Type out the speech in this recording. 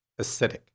acidic